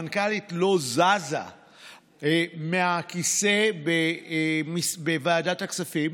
המנכ"לית לא זזה מהכיסא בוועדת הכספים,